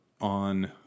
on